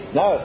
no